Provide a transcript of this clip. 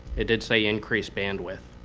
it did say increased bandwidth.